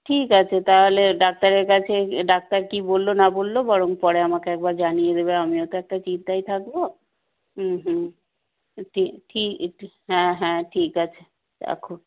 ঠিক আছে তাহলে ডাক্তারের কাছে ডাক্তার কী বললো না বললো বরং পরে আমাকে একবার জানিয়ে দেবে আমিও তো একটা চিন্তায় থাকবো হুম হুম ঠিক ঠি হ্যাঁ হ্যাঁ ঠিক আছে রাখো